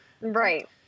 Right